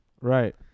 Right